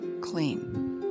clean